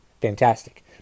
Fantastic